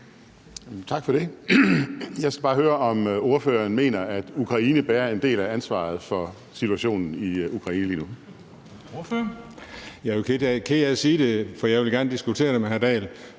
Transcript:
Tak for det. Jeg skal bare høre, om ordføreren mener, at Ukraine bærer en del af ansvaret for situationen i Ukraine lige nu. Kl. 13:57 Formanden (Henrik Dam Kristensen): Ordføreren.